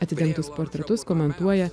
atidarytus portretus komentuoja